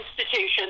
institutions